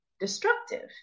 destructive